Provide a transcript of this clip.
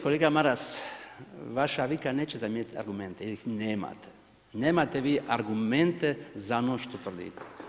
Kolega Maras, vaša vika neće zamijeniti argumente jel ih nemate, nemate vi argumente za ono što tvrdite.